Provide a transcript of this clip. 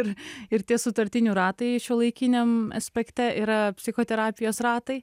ir ir tie sutartinių ratai šiuolaikiniam aspekte yra psichoterapijos ratai